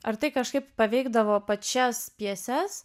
ar tai kažkaip paveikdavo pačias pjeses